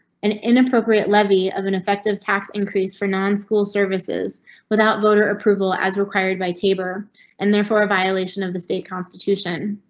an inappropriate levy of an effective tax increase for non school services without voter approval as required by taber and therefore a violation of the state constitution.